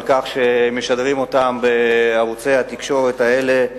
כך שמשדרים אותם בערוצי התקשורת האלה.